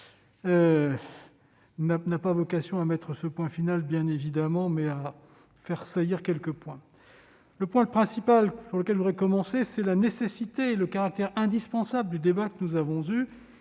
n'a pas vocation à mettre un point final, bien évidemment, mais à faire saillir quelques éléments. Le point principal par lequel je voudrais commencer, c'est la nécessité et le caractère indispensable du débat que nous avons et